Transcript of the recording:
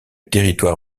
territoire